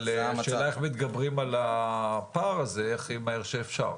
אבל השאלה איך מתגברים על הפער הזה הכי מהר שאפשר.